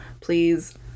please